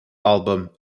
album